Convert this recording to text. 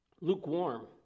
lukewarm